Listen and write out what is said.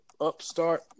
upstart